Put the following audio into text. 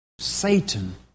Satan